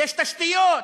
יש תשתיות,